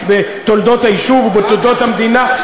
בתולדות היישוב ובתולדות המדינה?